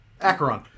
Acheron